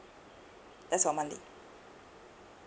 that's on monthly